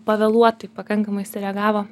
pavėluotai pakankamai sureagavo